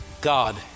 God